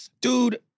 Dude